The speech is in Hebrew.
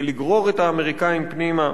כדי לגרור את האמריקנים פנימה.